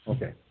Okay